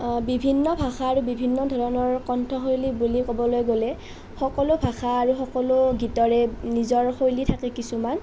বিভিন্ন ভাষাৰ বিভিন্ন ধৰণৰ কণ্ঠশৈলী বুলি ক'বলৈ গ'লে সকলো ভাষা আৰু সকলো গীতৰে নিজৰ শৈলী থাকে কিছুমান